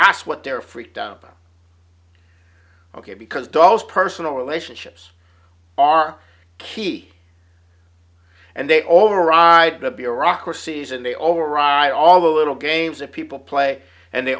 that's what they're freaked out ok because dollars personal relationships are key and they all override the bureaucracies and they override all the little games and people play and they